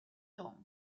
jones